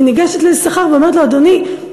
היא ניגשת ליששכר ואומרת לו: אדוני,